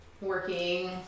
Working